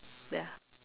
ya